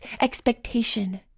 expectation